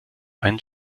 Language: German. einen